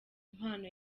impano